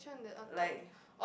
like